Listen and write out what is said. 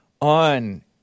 on